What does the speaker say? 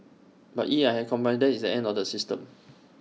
but if I had compromised that is the end of the system